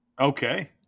Okay